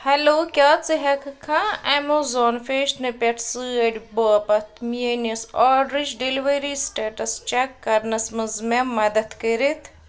hello کیٛاہ ژٕ ہٮ۪ککھا اٮ۪مزان فیشنہٕ پٮ۪ٹھ سٲڑۍ باپتھ میٛٲنس آرڈرٕچ ڈِلؤری سٹیٹس چیک کرنس منٛز مےٚ مدد کٔرِتھ